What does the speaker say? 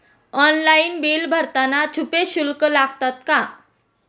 Online bill भरताना छुपे शुल्क लागतात का?